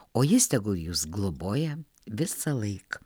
o jis tegul jus globoja visąlaik